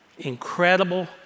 Incredible